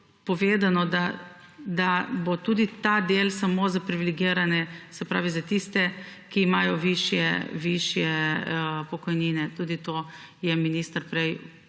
povedano, da bo tudi ta del samo za privilegirane, se pravi za tiste, ki imajo višje pokojnine. Tudi to je minister prej